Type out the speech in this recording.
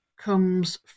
comes